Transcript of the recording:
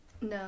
No